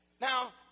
Now